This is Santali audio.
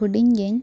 ᱦᱩᱰᱤᱧ ᱜᱮᱧ